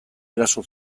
eraso